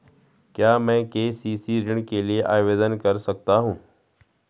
क्या मैं के.सी.सी ऋण के लिए आवेदन कर सकता हूँ?